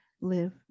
live